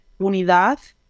unidad